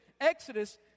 Exodus